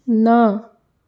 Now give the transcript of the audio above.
न